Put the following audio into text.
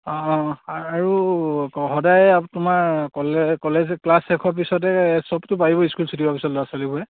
অঁ অঁ আৰু সদায় তোমাৰ কলেজ ক্লাছ শেষ হোৱাৰ পিছতে পাৰিব স্কুল পিছত ল'ৰা ছোৱালীবোৰে